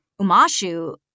Umashu